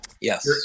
Yes